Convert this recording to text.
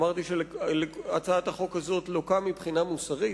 אמרתי שהצעת החוק הזו לוקה מבחינה מוסרית.